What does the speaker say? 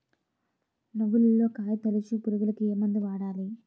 నువ్వులలో కాయ తోలుచు పురుగుకి ఏ మందు వాడాలి?